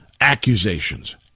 accusations